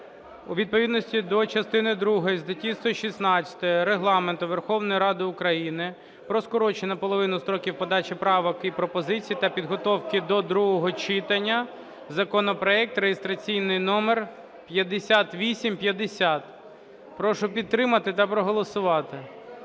у відповідності до частини другої статті 116 Регламенту Верховної Ради України, про скорочення строків наполовину подачі правок і пропозицій та підготовки до другого читання законопроекту (реєстраційний номер 5850). Прошу підтримати та проголосувати.